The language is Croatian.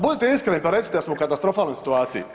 Budite iskreni i recite da smo u katastrofalnoj situaciji.